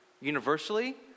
universally